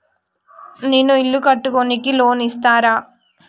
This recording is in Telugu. నేను ఇల్లు కట్టుకోనికి లోన్ ఇస్తరా?